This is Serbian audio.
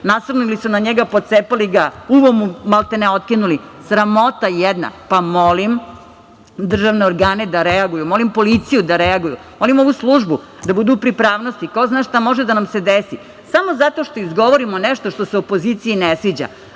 nasrnuli su na njega, pocepali ga, uho mu maltene otkinuli. Sramota jedna. Molim državne organe da reaguju, molim policiju da reaguju. Oni mogu da budu u pripravnosti, ko zna šta može da nam se desi, samo zato što izgovorimo nešto što se opoziciji ne sviđa,